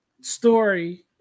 story